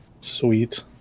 Sweet